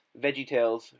VeggieTales